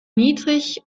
niedrig